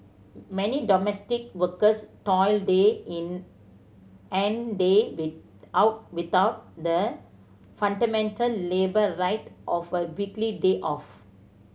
many domestic workers toil day in and day with out without the fundamental labour right of a weekly day off